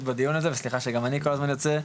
בדיון הזה וסליחה שגם אני כל הזמן יוצא,